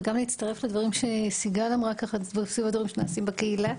וגם להצטרף לדברים שסיגל אמרה סביב הדברים שנעשים בקהילה.